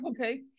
okay